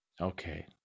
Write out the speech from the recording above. Okay